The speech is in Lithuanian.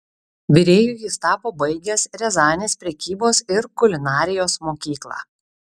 virėju jis tapo baigęs riazanės prekybos ir kulinarijos mokyklą